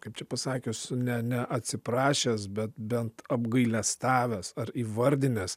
kaip čia pasakius ne neatsiprašęs bet bent apgailestavęs ar įvardinęs